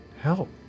help